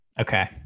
Okay